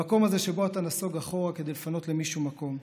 המקום הזה שבו אתה נסוג אחור כדי לפנות למישהו מקום,